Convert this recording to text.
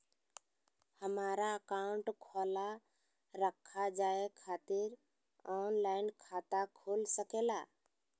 हमारा अकाउंट खोला रखा जाए खातिर ऑनलाइन खाता खुल सके ला?